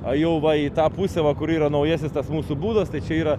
a jau va į tą pusę va kur yra naujasis tas mūsų būdos tai čia yra